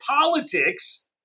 politics